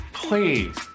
Please